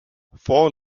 four